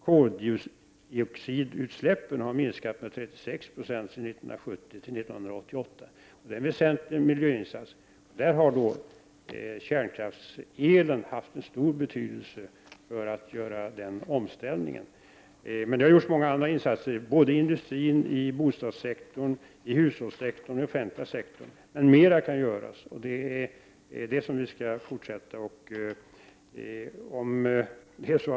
Koldioxidutsläppen har minskat med 36 90 mellan 1970 och 1988. Det är en väsentlig miljöinsats. Kärnkraftselen har haft stor betydelse för den omställningen. Det har gjorts många andra insatser — i industrin, bostadssektorn, hushållssektorn och den offentliga sektorn. Mera kan dock göras. Vi skall fortsätta i den riktningen.